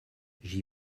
j’y